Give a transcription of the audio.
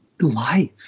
life